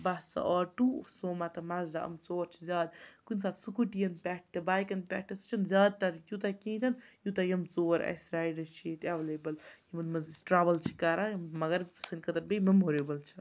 بَس auto سوما تہٕ مَزداہ إم ژور چھِ زیادٕ کُنہِ ساتہٕ سکوٗٹی یَن پٮ۪ٹھ تہِ بایکَن پٮ۪ٹھ تہِ سُہ چھِنہٕ زیادٕتر تیوٗتاہ کِہیٖنۍ تہِ نہٕ یوٗتاہ یِم ژور اَسہِ رایڈٕ چھِ ییٚتہِ اٮ۪ولیبٕل یِمَن منٛز أسۍ ٹرٛوٕل چھِ کَران مگر سانہِ خٲطرٕ بیٚیہِ میموریبٕل چھِ